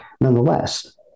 nonetheless